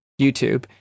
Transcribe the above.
YouTube